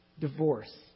divorce